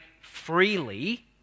freely